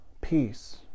peace